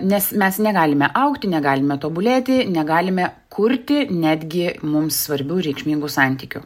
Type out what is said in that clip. nes mes negalime augti negalime tobulėti negalime kurti netgi mums svarbių reikšmingų santykių